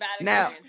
Now